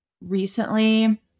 recently